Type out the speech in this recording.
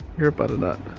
you're a butternut.